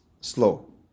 slow